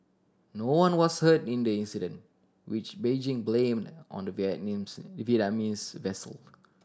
no one was hurt in the incident which Beijing blamed on the Vietnamese Vietnamese vessel